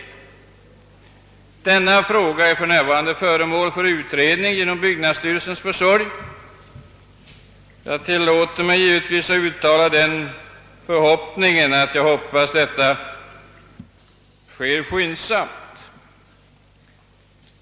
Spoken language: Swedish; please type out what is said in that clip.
Denna fråga är för närvarande föremål för utredning genom byggnadsstyrelsens försorg. Jag tillåter mig givetvis uttala den förhoppningen att detta sker skyndsamt.